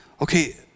okay